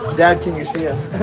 dad can you see us?